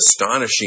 astonishing